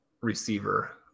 receiver